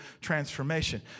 transformation